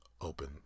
open